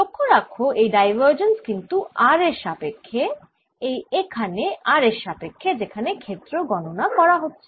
লক্ষ্য রাখ এই ডাইভার্জেন্স কিন্তু r এর সাপেক্ষ্যে এই এখানে r এর সাপেক্ষ্যে যেখানে ক্ষেত্র গণনা করা হয়েছে